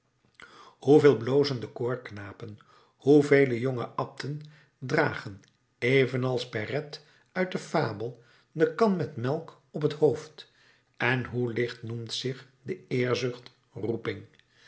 hoevele blozende koorknapen hoevele jonge abten dragen evenals perrette uit de fabel de kan met melk op t hoofd en hoe licht noemt zich de eerzucht roeping